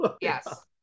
yes